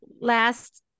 last